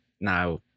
now